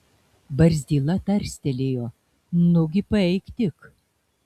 barzdyla tarstelėjo nugi paeik tik